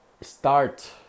start